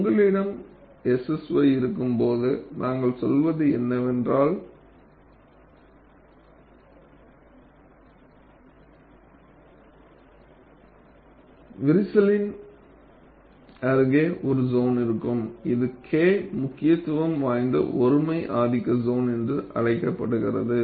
உங்களிடம் SSY இருக்கும்போது நாங்கள் சொல்வது என்னவென்றால் விரிசலின் அருகே ஒரு சோன் இருக்கும் இது K முக்கியத்துவம் வாய்ந்த ஒருமை ஆதிக்க சோன் என்று அழைக்கப்படுகிறது